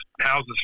houses